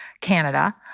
Canada